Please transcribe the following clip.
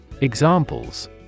Examples